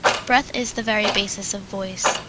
breath is the very basis of voice.